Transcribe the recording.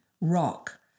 rock